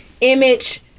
image